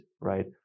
right